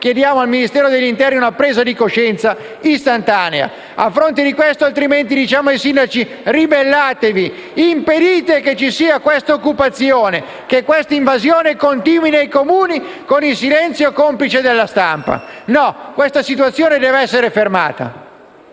chiediamo al Ministero dell'interno una presa di coscienza istantanea. Diversamente, diciamo ai sindaci: ribellatevi, impedite una tale occupazione e che questa invasione continui nei Comuni con il silenzio complice della stampa. No, questa situazione deve essere fermata.